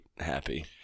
happy